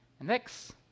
Next